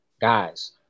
guys